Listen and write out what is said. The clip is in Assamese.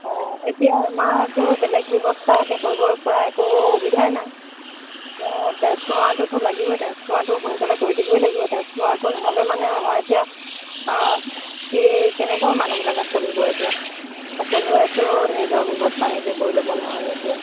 অঁ এতিয়া আমাৰতো বেলেগ ব্যৱস্থা এতিয়া কৰিবৰ পৰা একো সুবিধাই নাই এতিয়া ট্ৰেঞ্চফৰ্মাৰটোতো লাগিব ই ট্ৰেন্ঞ্চফৰ্মাৰটো সোনকালে কৰি দিবই লাগিব ট্ৰেঞ্চফৰ্মাৰটো নহ'লে মানে আমাৰ এতিয়া কি কেনেকৈ মানুহবিলাকে চলিব এতিয়া সকলোৱেতো নিজৰ ব্যৱস্থা নিজে কৰি ল'ব নোৱাৰে এতিয়া